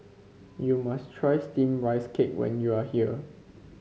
you must try steamed Rice Cake when you are here